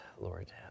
lord